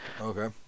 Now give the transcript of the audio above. Okay